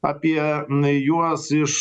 apie juos iš